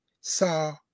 saw